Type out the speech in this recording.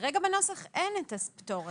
וכרגע בנוסח אין את הפטור הזה.